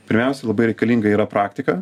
pirmiausia labai reikalinga yra praktika